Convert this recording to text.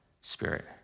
Spirit